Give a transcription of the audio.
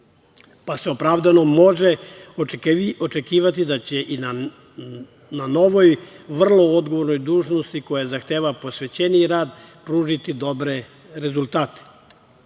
pa se opravdano može očekivati da će i na novoj vrlo odgovornoj dužnosti koja zahteva posvećeniji rad pružiti dobre rezultate.